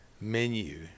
menu